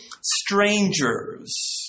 strangers